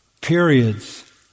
periods